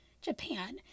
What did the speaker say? Japan